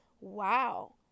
Wow